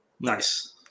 Nice